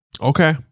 Okay